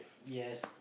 yes